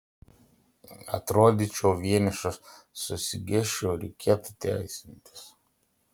atrodyčiau vienišas susigėsčiau reikėtų teisintis